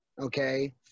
okay